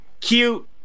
cute